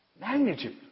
Magnitude